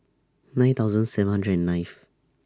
nine thousand seven hundred and ninth